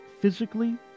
physically